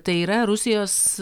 tai yra rusijos